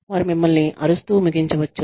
వారు మిమ్మల్ని అరుస్తూ ముగించవచ్చు